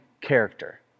character